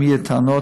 אם יהיו טענות,